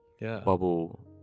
bubble